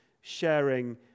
sharing